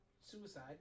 suicide